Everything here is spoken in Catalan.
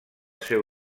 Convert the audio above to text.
seu